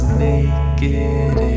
naked